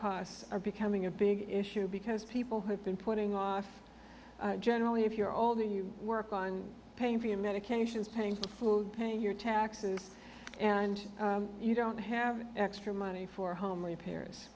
costs are becoming a big issue because people have been putting off generally if you're older you work on paying for your medications paying food paying your taxes and you don't have extra money for home repairs